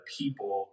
people